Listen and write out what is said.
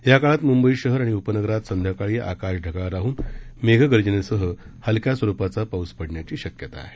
या काळात मृंबई शहर आणि उपनगरात संध्याकाळी आकाश ढगाळ राहून मेघगर्जनेसह हलक्या स्वरुपाचा पाऊस पडण्याची शक्यता आहे